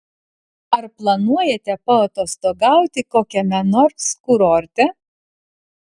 ar planuojate paatostogauti kokiame nors kurorte